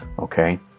Okay